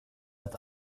att